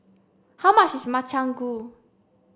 how much is Makchang Gui